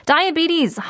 Diabetes